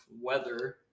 weather